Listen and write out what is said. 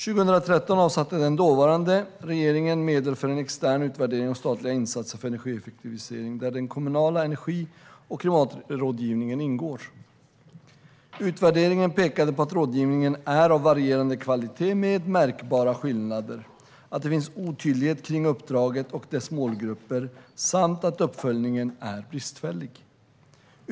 År 2013 avsatte den dåvarande regeringen medel för en extern utvärdering av statliga insatser för energieffektivisering där den kommunala energi och klimatrådgivningen ingår. Utvärderingen pekade på att rådgivningen är av varierande kvalitet med märkbara skillnader, att det finns otydlighet kring uppdraget och dess målgrupper samt att uppföljningen är bristfällig.